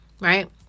right